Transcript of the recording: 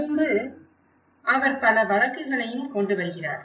அதோடு அவர் பல வழக்குகளையும் கொண்டு வருகிறார்